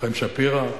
חיים שפירא,